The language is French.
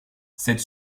cette